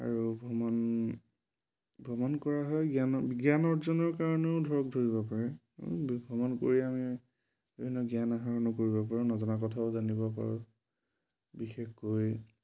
আৰু ভ্ৰমণ ভ্ৰমণ কৰা হয় জ্ঞান জ্ঞান অৰ্জনৰ কাৰণেও ধৰক ধৰিব পাৰে ভ্ৰমণ কৰি আমি বিভিন্ন জ্ঞান আহৰণো কৰিব পাৰোঁ নজনা কথাও জানিব পাৰোঁ বিশেষকৈ